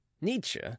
Nietzsche